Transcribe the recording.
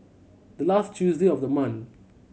the last Tuesday of the month